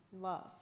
love